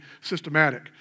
systematic